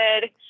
good